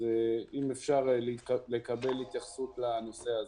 אם אפשר לקבל התייחסות לנושא הזה.